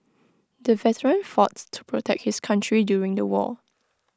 the veteran fought to protect his country during the war